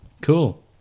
Cool